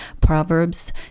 Proverbs